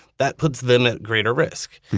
that puts them at greater risk.